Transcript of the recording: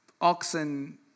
oxen